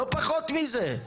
לא פחות מזה.